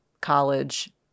college